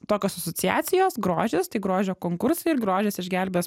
tokios asociacijos grožis tai grožio konkursai ir grožis išgelbės